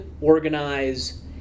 organize